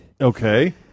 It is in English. Okay